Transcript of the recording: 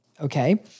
okay